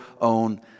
own